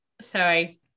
sorry